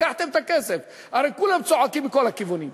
לקחתם את הכסף, הרי כולם צועקים מכל הכיוונים,